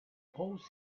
post